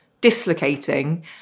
dislocating